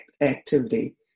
activity